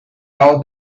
all